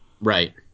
Right